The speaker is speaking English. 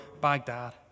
Baghdad